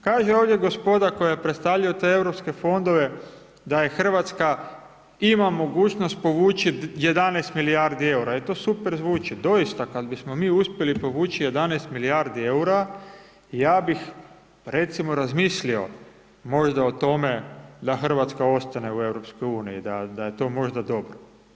Kažu ovdje gospoda koja predstavljaju te Europske fondove da je RH, ima mogućnost povući 11 milijardi EUR-a, je, to super zvuči, doista, kad bismo mi uspjeli povući 11 milijardi EUR-a ja bih recimo razmislio možda o tome da RH ostane u EU da je to možda dobro.